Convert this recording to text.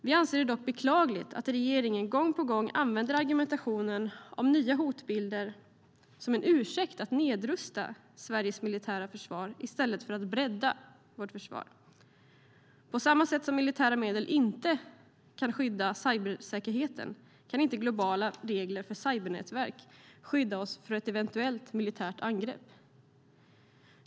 Vi anser det dock beklagligt att regeringen gång på gång använder argumentationen om nya hotbilder som en ursäkt för att nedrusta Sveriges militära försvar i stället för att bredda vårt försvar. På samma sätt som militära medel inte kan skydda cybersäkerheten kan inte globala regler för cybernätverk skydda oss mot ett eventuellt militärt angrepp.